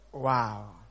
Wow